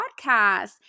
podcast